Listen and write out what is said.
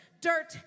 dirt